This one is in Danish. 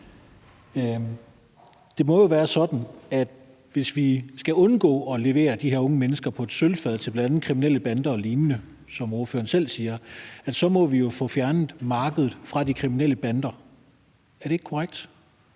Det må jo være sådan, at hvis vi skal undgå at levere de her unge mennesker på et sølvfad til kriminelle bander og lignende, som ordføreren selv siger, så må vi jo få fjernet markedet fra de kriminelle bander. Er det ikke korrekt?